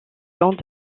long